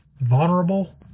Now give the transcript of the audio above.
vulnerable